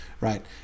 right